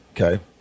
okay